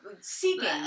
Seeking